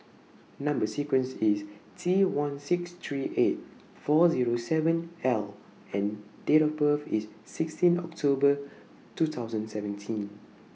Number sequence IS T one six three eight four Zero seven L and Date of birth IS sixteen October two thousand and seventeen